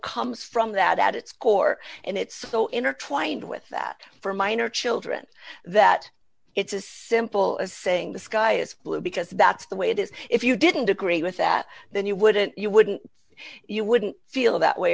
comes from that at its core and it's so intertwined with that for minor children that it's as simple as saying the sky is blue because that's the way it is if you didn't agree with that then you wouldn't you wouldn't you wouldn't feel that way